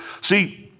See